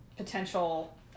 potential